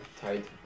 tight